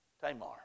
Tamar